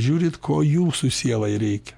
žiūrit ko jūsų sielai reikia